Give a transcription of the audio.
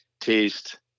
taste